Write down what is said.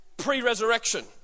pre-resurrection